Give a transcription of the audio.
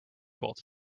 both